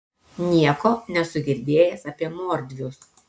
nieko nesu girdėjęs apie mordvius